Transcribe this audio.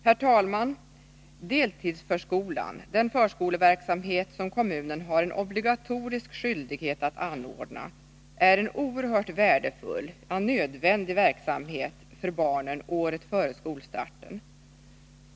Herr talman! Deltidsförskolan, den förskoleverksamhet som kommunen har en obligatorisk skyldighet att anordna, är en oerhört värdefull, ja nödvändig, verksamhet för barnet året före skolstarten.